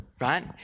right